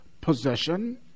possession